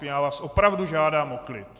Já vás opravdu žádám o klid.